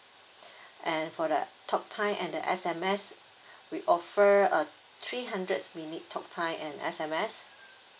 and for the talk time and the S_M_S we offer a three hundreds minute talk time and S_M_S